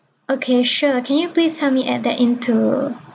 okay sure can you please help me add that into